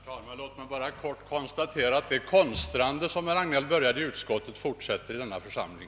Herr talman! Låt mig bara kort konstatera, att det konstrande som herr Hagnell började i utskottet fortsätter i denna församling.